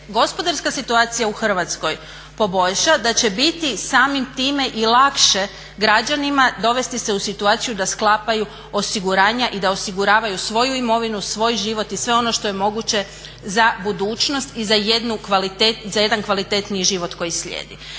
gospodarska situacija u Hrvatskoj poboljša da će biti samim time i lakše građanima dovesti se u situaciju da sklapaju osiguranja i da osiguravaju svoju imovinu, svoj život i sve ono što je moguće za budućnost i za jedan kvalitetniji život koji slijedi.